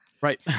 Right